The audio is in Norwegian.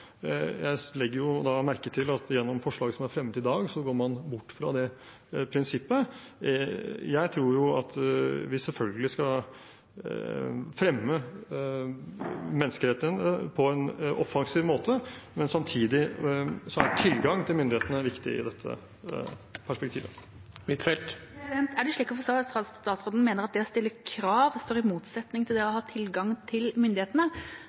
Jeg legger merke til at gjennom forslag som er fremmet i dag, går man bort fra det prinsippet. Jeg tror at vi selvfølgelig skal fremme menneskerettighetene på en offensiv måte, men samtidig er tilgang til myndighetene viktig i dette perspektivet. Er det slik å forstå at statsråden mener at det å stille krav står i motsetning til det å ha tilgang til myndighetene?